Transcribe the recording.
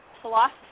philosophy